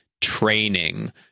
training